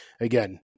again